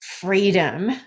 freedom